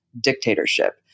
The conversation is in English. dictatorship